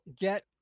get